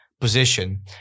position